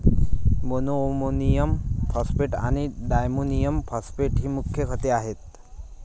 monoammonium phosphate आणि diammonium phosphate ही मुख्य खते आहेत